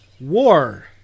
War